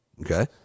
okay